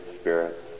spirits